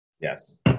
Yes